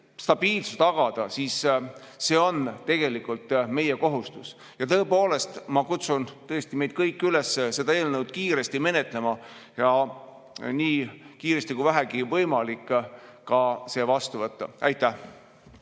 stabiilsuse tagada, siis see on tegelikult meie kohustus. Tõepoolest, ma kutsun meid kõiki üles seda eelnõu kiiresti menetlema ja nii kiiresti kui vähegi võimalik seda ka vastu võtma. Aitäh!